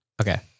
Okay